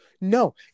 No